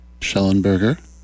Schellenberger